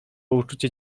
uczucie